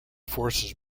forces